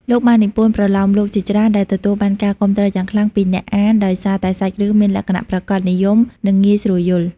លោកបាននិពន្ធប្រលោមលោកជាច្រើនដែលទទួលបានការគាំទ្រយ៉ាងខ្លាំងពីអ្នកអានដោយសារតែសាច់រឿងមានលក្ខណៈប្រាកដនិយម និងងាយស្រួលយល់។